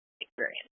experience